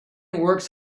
works